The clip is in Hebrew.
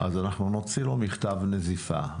אנחנו נוציא לו מכתב נזיפה.